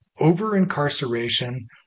over-incarceration